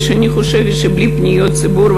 אני חושבת שבלי פניות הציבור,